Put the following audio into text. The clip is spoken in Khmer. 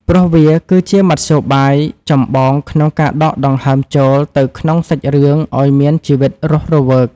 ព្រោះវាគឺជាមធ្យោបាយចម្បងក្នុងការដកដង្ហើមចូលទៅក្នុងសាច់រឿងឱ្យមានជីវិតរស់រវើក។